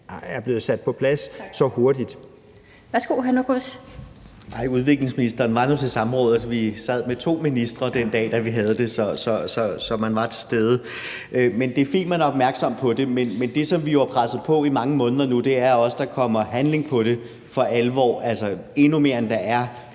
Rasmus Nordqvist. Kl. 16:43 Rasmus Nordqvist (SF): Nej, udviklingsministeren var nu med til samrådet, hvor vi sad med to ministre den dag, vi havde det. Så man var til stede. Det er fint, at man er opmærksom på det, men det, som vi jo har presset på for i mange måneder nu, er også, at der kommer handling på det for alvor, altså endnu mere, end der er.